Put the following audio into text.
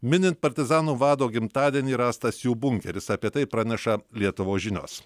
minint partizanų vado gimtadienį rastas jų bunkeris apie tai praneša lietuvos žinios